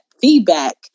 feedback